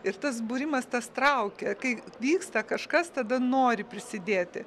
ir tas būrimas tas traukia kai vyksta kažkas tada nori prisidėti